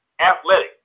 athletic